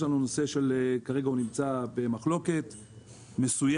יש לנו נושא שכרגע נמצא במחלוקת מסוימת.